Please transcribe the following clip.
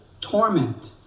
Torment